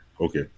Okay